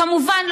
כמובן,